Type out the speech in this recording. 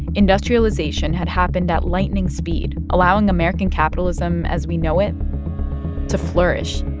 industrialization had happened at lightning speed, allowing american capitalism as we know it to flourish.